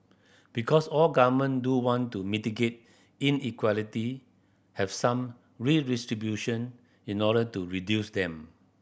because all government do want to mitigate inequality have some redistribution in order to reduce them